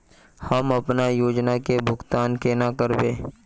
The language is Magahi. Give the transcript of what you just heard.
हम अपना योजना के भुगतान केना करबे?